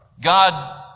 God